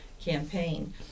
campaign